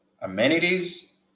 Amenities